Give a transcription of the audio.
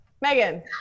megan